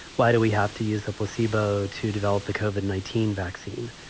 why do we have to use the placebo to develop the cauvin nineteen vaccine?